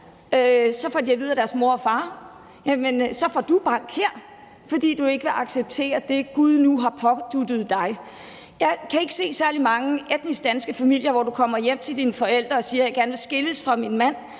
så får de at vide af deres mor og far: Jamen så får du bank her, fordi du ikke vil acceptere det, Gud nu har påduttet dig. Jeg kan ikke se særlig mange etnisk danske familier, hvor du kommer hjem til dine forældre og siger, at du gerne vil skilles fra din mand,